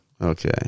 Okay